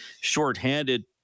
shorthanded